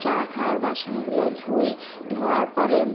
চা খাওয়ার বাসনগুলো ধুই ধোওয়ার পরে